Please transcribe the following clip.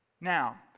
Now